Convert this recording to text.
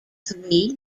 three